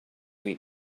eat